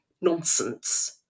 nonsense